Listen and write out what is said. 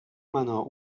menor